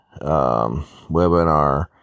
webinar